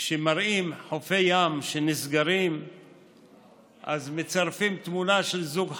כשמראים חופי ים שנסגרים אז מצרפים תמונה של זוג חרדים,